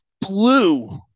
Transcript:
blue